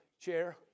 chair